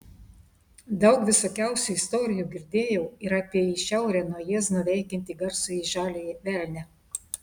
daug visokiausių istorijų girdėjau ir apie į šiaurę nuo jiezno veikiantį garsųjį žaliąjį velnią